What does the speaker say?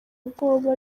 ubwoba